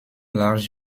large